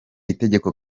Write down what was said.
itegeko